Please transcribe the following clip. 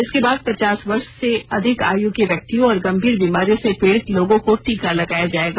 इसके बाद पचास वर्ष से अधिक की आयु के व्यक्तियों और गंभीर बीमारियों से पीडित लोगों को टीका लगाया जाएगा